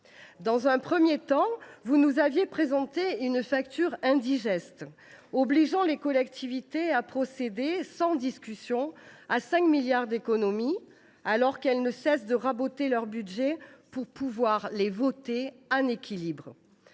Dans un premier temps, vous nous aviez présenté une facture indigeste obligeant les collectivités à procéder, sans discussion, à 5 milliards d’économies, alors qu’elles ne cessent de raboter leurs budgets pour pouvoir les voter en équilibre.